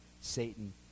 satan